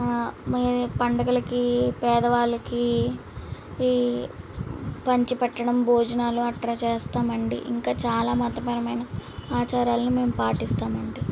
మేమే పండుగలకి పేదవాళ్ళకి ఈ పంచి పెట్టడం భోజనాలు అట్రా చేస్తామండి ఇంకా చాలా మతపరమైన ఆచారాలను మేము పాటిస్తామండి